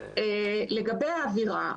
לגבי האווירה,